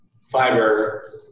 fiber